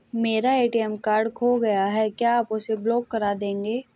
मेरा ATM card खो गया है क्या आप उसे ब्लॉक कर देंगे?